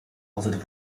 altijd